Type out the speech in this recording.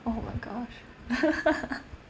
oh my gosh